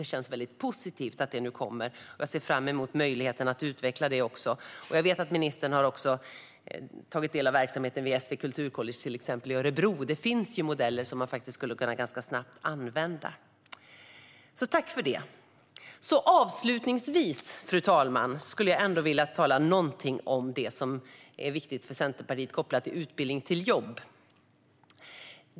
Det känns väldigt positivt att detta nu kommer, och jag ser fram emot möjligheten att utveckla det. Jag vet att ministern till exempel har tagit del av verksamheten vid SV Kulturcollege i Örebro. Det finns modeller som man ganska snabbt skulle kunna använda. Jag tackar som sagt för detta! Avslutningsvis, fru talman, skulle jag vilja säga någonting om det som är viktigt för Centerpartiet när det gäller utbildning till jobb.